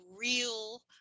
real